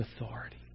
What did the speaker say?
authority